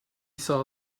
saw